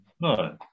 no